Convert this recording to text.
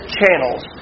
channels